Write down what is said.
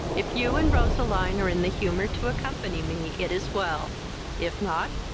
if you and roseline are in the humour to accompany me, it is well if not,